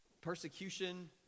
persecution